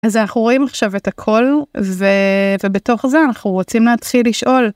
אז אנחנו רואים עכשיו את הכל, ובתוך זה אנחנו רוצים להתחיל לשאול.